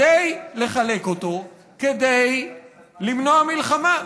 לחלק אותו, כדי למנוע מלחמה.